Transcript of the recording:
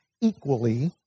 equally